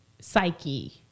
psyche